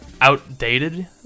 outdated